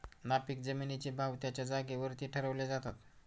नापीक जमिनींचे भाव त्यांच्या जागेवरती ठरवले जातात